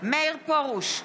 מאיר פרוש,